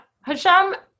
Hashem